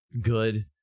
good